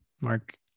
mark